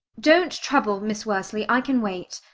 don't trouble, miss worsley, i can wait.